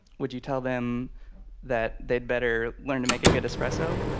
would you tell them that they'd better learn to make a good espresso?